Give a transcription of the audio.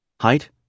Height